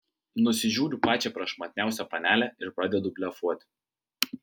nusižiūriu pačią prašmatniausią panelę ir pradedu blefuoti